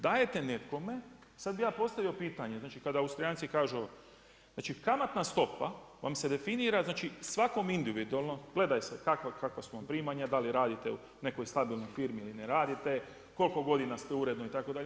Dajete nekome, sada bi ja postavio pitanje, znači kada Austrijanci kažu, znači kamatna stopa vam se definira, znači svakom individualno, gledaj sad, kakva su vam primanja, da li radite u nekoj stabilnoj firmi ili ne radite, koliko ste godina ste uredno, itd.